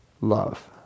love